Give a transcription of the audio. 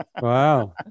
wow